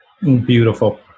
Beautiful